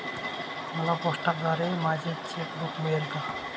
मला पोस्टाद्वारे माझे चेक बूक मिळाले आहे